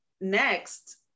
Next